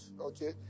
Okay